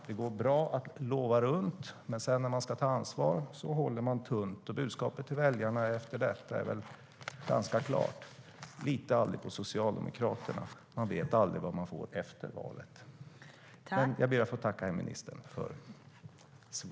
Det går bra att lova runt, men när man sedan ska ta ansvar håller man tunt. Budskapet till väljarna är därmed ganska klart: Lita aldrig på Socialdemokraterna. Man vet inte vad man får efter valet.